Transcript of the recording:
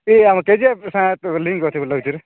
ଏଇ ଆମ K G F ସାଥ ଲିଙ୍କ୍ ଅଛି ବୋଲି ଲାଗୁଛିରେ